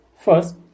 First